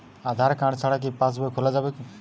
আধার card ছাড়া কি পাসবই খোলা যাবে কি?